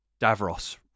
Davros